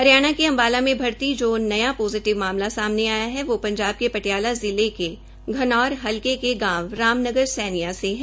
हरियाणा के अम्बाला में भर्ती जो न्या पोजिटिव मामला सामने आया है वो पंजाब के पटियाला जिले के घनौर हलके के गांव राम नगर सैनियां से है